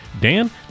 Dan